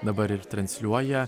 dabar ir transliuoja